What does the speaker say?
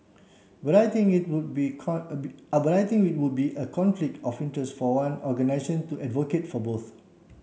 but I think it would be but I think it would be a conflict of interest for one organisation to advocate for both